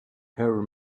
her